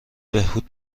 بهبود